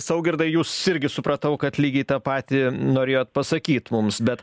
saugirdai jūs irgi supratau kad lygiai tą patį norėjot pasakyt mums bet